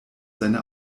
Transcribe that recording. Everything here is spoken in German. seine